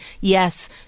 yes